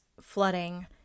Flooding